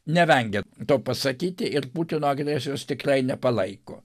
nevengia to pasakyti ir putino agresijos tikrai nepalaiko